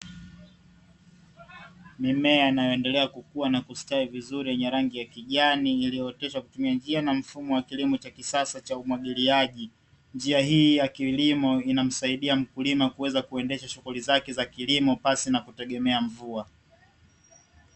Mimea inayoendelea kukua na kustawi vizuri yenye rangi ya kijani iliyooteshwa kutumia njia na mfumo wa kilimo cha kisasa cha umwagiliaji, njia hii ya kilimo inamsaidia mkulima kuweza kuendesha shughuli zake za kilimo pasi na kutegemea mvua.